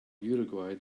uruguay